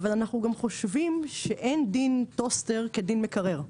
אבל אנחנו גם חושבים שאין דין טוסטר כדין מקרר.